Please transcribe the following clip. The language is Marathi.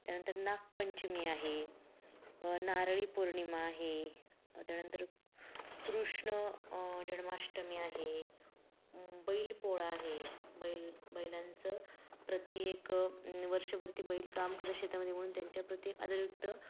त्यानंतर नागपंचमी आहे नारळी पौर्णिमा आहे त्यानंतर कृष्ण जन्माष्टमी आहे बैलपोळा आहे बैल बैलांचं प्रति एक वर्षभर ते बैल काम करतं शेतामध्ये म्हणून त्यांच्या प्रति आदरयुक्त